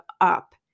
up